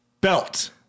Belt